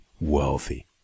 wealthy